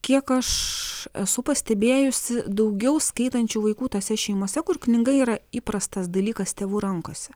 kiek aš esu pastebėjusi daugiau skaitančių vaikų tose šeimose kur knyga yra įprastas dalykas tėvų rankose